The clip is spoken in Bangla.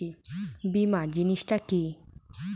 বীমা জিনিস টা কি?